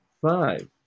five